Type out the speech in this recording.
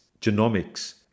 genomics